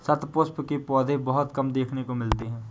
शतपुष्प के पौधे बहुत कम देखने को मिलते हैं